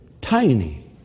Tiny